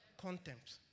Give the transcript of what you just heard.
contempt